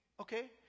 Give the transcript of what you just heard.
okay